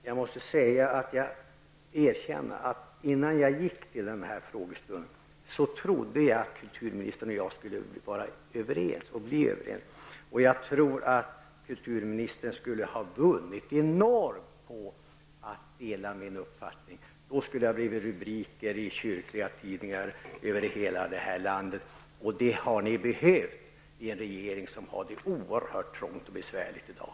Herr talman! Innan jag kom till denna frågestund, trodde jag att kulturministern och jag skulle vara överens. Jag tror att kulturministern skulle vinna enormt på att dela min uppfattning. Det skulle då bli rubriker i kyrkliga tidningar över hela landet. Det behöver ni i en regering som har det oerhört trångt och besvärligt i dag.